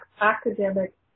academic